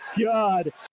god